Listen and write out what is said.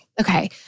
Okay